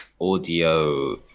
audio